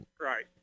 Right